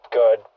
good